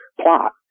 plot